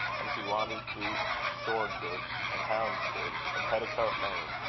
as he wandered through shoreditch, and houndsditch, and petticoat-lane,